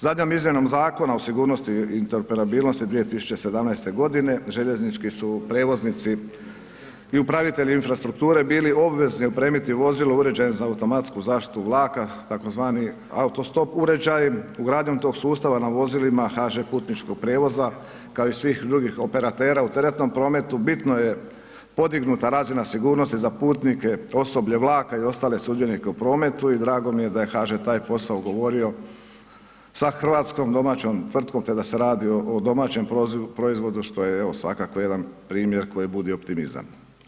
Zadnjom izmjenom Zakona o sigurnosti i interoperabilnosti 2017. g., željeznički su prijevoznici u upravitelji infrastrukture bili obvezni opremiti vozilo uređeno za automatsku zaštitu vlaka tzv. auto-stop uređaj, ugradnjom tog sustava na vozilima HŽ-putničkog prijevoza kao i svih drugih operatera u teretnom prometu, bitno je podignut razinu sigurnosti za putnike, osoblje vlaka i ostale sudionike u prometu i drago mi je da je HŽ tak posao ugovorio sa hrvatskom domaćom tvrtkom te da se radi o domaćem proizvodu što je evo, svakako jedan primjer koji budi optimizam.